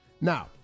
Now